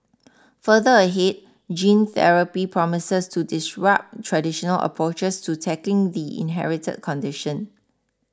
further ahead gene therapy promises to disrupt traditional approaches to tackling the inherited condition